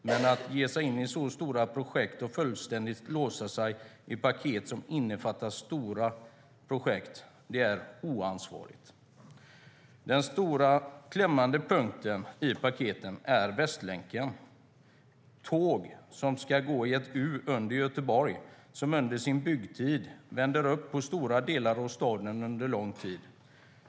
Men att ge sig in i stora projekt och fullständigt låsa sig i paket som innefattar stora projekt är oansvarigt. Den stora, klämmande punkten i paketen är Västlänken, med tåg som ska gå i ett U under Göteborg. Under byggtiden vänder projektet upp stora delar av staden under lång tid.